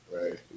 right